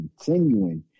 continuing